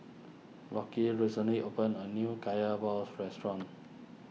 Lockie recently opened a new Kaya Balls restaurant